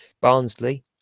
Barnsley